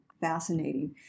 fascinating